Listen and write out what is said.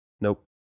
Nope